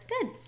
good